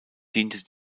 diente